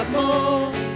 more